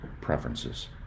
preferences